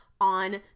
on